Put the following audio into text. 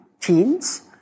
teens